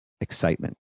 excitement